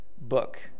book